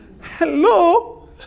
Hello